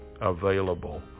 available